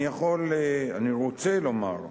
אני יכול, אני רוצה לומר שנכון,